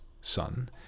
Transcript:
son